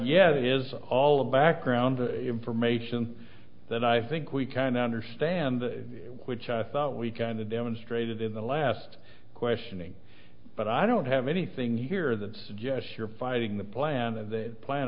yet is all a background information that i think we can understand which i thought we kind of demonstrated in the last questioning but i don't have anything here that suggests you're fighting the plan of the plan